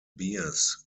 bears